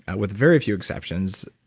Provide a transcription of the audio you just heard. ah with very few exceptions,